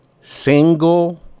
single